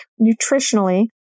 nutritionally